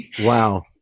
wow